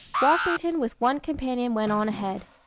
washington with one companion went on ahead.